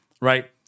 right